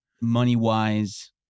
money-wise